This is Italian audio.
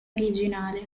originale